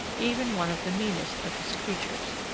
even one of the meanest of his creatures.